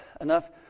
enough